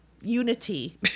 unity